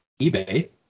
ebay